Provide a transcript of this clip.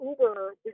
Uber